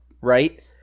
right